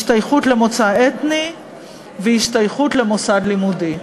השתייכות למוצא אתני והשתייכות למוסד לימודי".